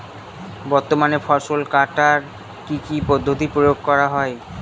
বর্তমানে ফসল কাটার কি কি পদ্ধতি প্রয়োগ করা হয়?